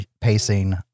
pacing